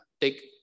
Take